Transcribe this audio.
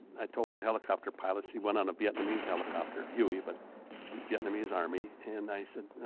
i told the helicopter pilots, he went on a vietnamese helicopter huey, but um vietnamese army and i said,